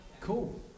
Cool